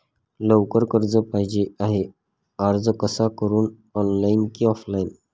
लवकर कर्ज पाहिजे आहे अर्ज कसा करु ऑनलाइन कि ऑफलाइन?